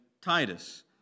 Titus